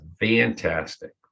Fantastic